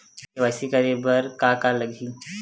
KYC करे बर का का लगही?